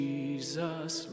Jesus